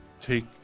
take